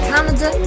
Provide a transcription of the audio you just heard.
Canada